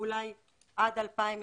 אולי עד 2021,